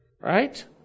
right